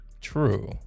True